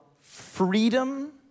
freedom